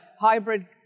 hybrid